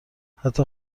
حتی